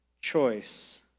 choice